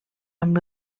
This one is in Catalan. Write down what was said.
amb